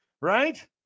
right